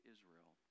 Israel